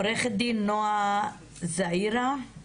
עו"ד נועה זעירא,